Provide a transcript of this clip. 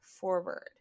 forward